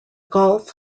golf